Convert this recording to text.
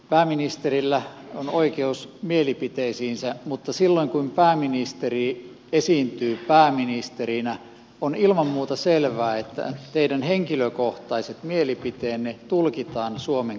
pääministerillä on oikeus mielipiteisiinsä mutta silloin kun pääministeri esiintyy pääministerinä on ilman muuta selvää että teidän henkilökohtaiset mielipiteenne tulkitaan suomen kannaksi